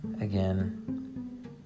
Again